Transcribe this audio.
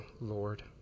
Lord